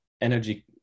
energy